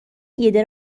ایده